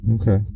Okay